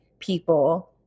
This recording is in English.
people